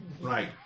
Right